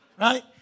right